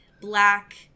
black